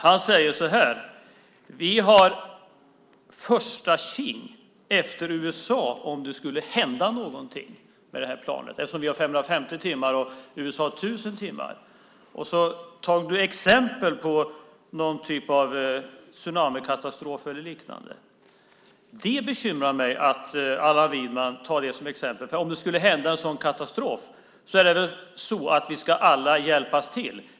Han sade: Vi har första tjing efter USA om det skulle hända något eftersom vi har 550 timmar och USA har 1 000. Du tog en typ av tsunamikatastrof eller liknande som exempel. Det bekymrar mig att Allan Widman tar det som exempel. Om det skulle hända en sådan katastrof ska vi väl alla hjälpas åt.